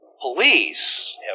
Police